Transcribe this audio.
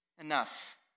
enough